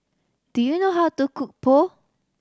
do you know how to cook Pho